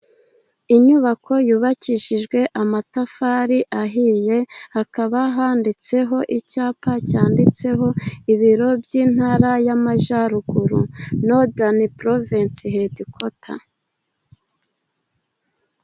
Inyubako yubakishijwe amatafari ahiye, hakaba handitseho icyapa cyanditseho ibiro by'intara y'amajyaruguru, nodani porovensi hedikota.